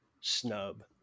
snub